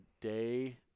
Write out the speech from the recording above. day